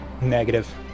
Negative